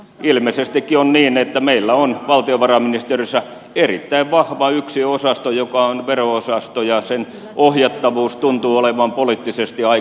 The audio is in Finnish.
ilmeisestikin on niin että meillä on valtiovarainministeriössä yksi erittäin vahva osasto joka on vero osasto ja sen ohjattavuus tuntuu olevan poliittisesti aika vaikeaa